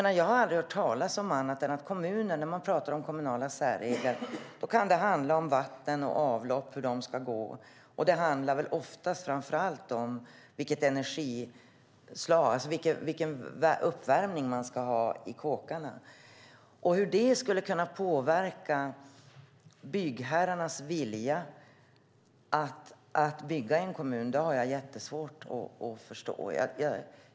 När man talar om kommunala särregler kan det handla om hur ledningar för vatten och avlopp ska gå. Det handlar oftast framför allt om vilken uppvärmning man ska ha i husen. Hur det skulle kunna påverka byggherrarnas vilja att bygga i en kommun har jag jättesvårt att förstå.